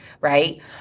right